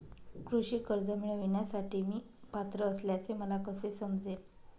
कृषी कर्ज मिळविण्यासाठी मी पात्र असल्याचे मला कसे समजेल?